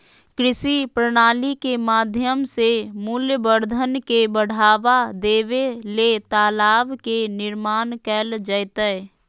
कृषि प्रणाली के माध्यम से मूल्यवर्धन के बढ़ावा देबे ले तालाब के निर्माण कैल जैतय